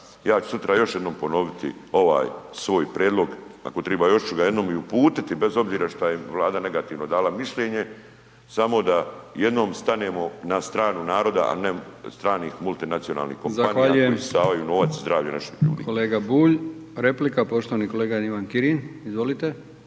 Ja ću sutra još jednom ponoviti ovaj svoj prijedlog, ako treba još ću ga jednom i uputiti bez obzira šta je Vlada negativno dala mišljenje samo da jednom stanemo na stranu naroda, a ne stranih multinacionalnih kompanija koji isisavaju novac i zdravlje naših ljudi.